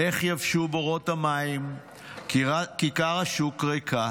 "איכה יבשו בורות המים / כיכר השוק ריקה